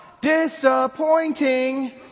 Disappointing